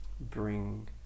bring